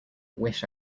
wish